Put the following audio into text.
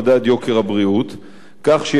כך שיביא לידי ביטוי הולם יותר את